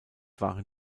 waren